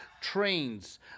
trains